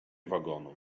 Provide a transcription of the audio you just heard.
wagonu